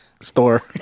Store